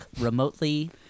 remotely